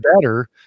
better